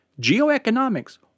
geoeconomics